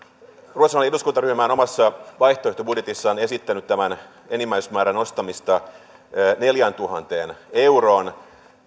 ruotsalainen eduskuntaryhmä on omassa vaihtoehtobudjetissaan esittänyt tämän enimmäismäärän nostamista neljääntuhanteen euroon